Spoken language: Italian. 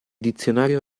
dizionario